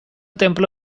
temple